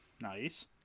Nice